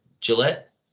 Gillette